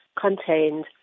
contained